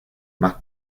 más